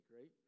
right